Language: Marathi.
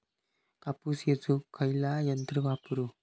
कापूस येचुक खयला यंत्र वापरू?